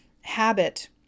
habit